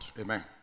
Amen